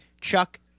chuck